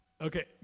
Okay